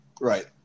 Right